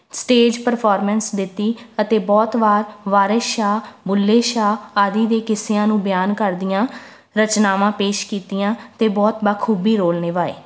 stage performance ਦਿੱਤੀ ਅਤੇ ਬਹੁਤ ਵਾਰ ਵਾਰਿਸ ਸ਼ਾਹ ਬੁੱਲ੍ਹੇ ਸ਼ਾਹ ਆਦਿ ਦੇ ਕਿੱਸਿਆਂ ਨੂੰ ਬਿਆਨ ਕਰਦੀਆਂ ਰਚਨਾਵਾਂ ਪੇਸ਼ ਕੀਤੀਆਂ ਅਤੇ ਬਹੁਤ ਬਖੂਬੀ ਰੋਲ ਨਿਭਾਏ